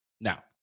now